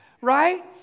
Right